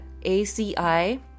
ACI